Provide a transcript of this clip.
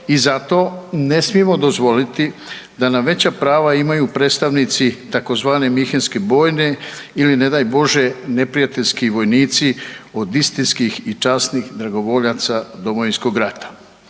I zato ne smijemo dozvoliti da nam veća prava imaju predstavnici tzv. Münchenske bojne ili ne daj Bože neprijateljski vojnici od istinskih i časnih dragovoljaca Domovinskog rata.